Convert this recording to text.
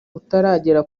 utaragera